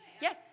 yes